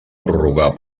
prorrogar